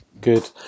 good